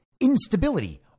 instability